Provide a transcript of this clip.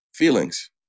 Feelings